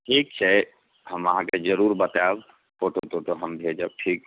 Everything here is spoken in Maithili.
ठीक छै हम अहाँकेँ जरूर बताएब फोटोके तऽ हम भेजब ठीक छै